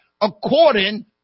according